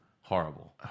Horrible